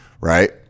right